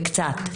קצת,